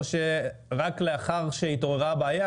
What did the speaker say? או רק לאחר שהתעוררה בעיה,